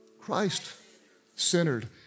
Christ-centered